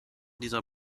dieser